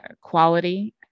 quality